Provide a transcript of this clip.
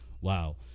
wow